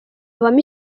habamo